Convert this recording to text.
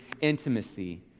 intimacy